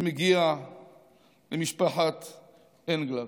אתה מגיע למשפחת אנגלרד.